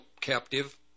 captive